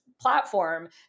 platform